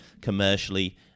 commercially